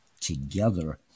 together